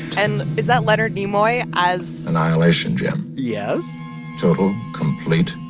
and is that leonard nimoy as. annihilation, jim yes total, complete,